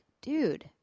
dude